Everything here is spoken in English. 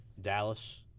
Dallas